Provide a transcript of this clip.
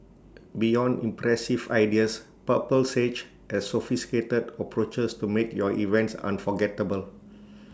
beyond impressive ideas purple sage has sophisticated approaches to make your events unforgettable